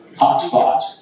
hotspots